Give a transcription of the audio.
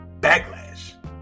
backlash